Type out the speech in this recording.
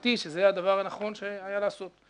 דעתי שזה היה הדבר הנכון שהיה לעשות.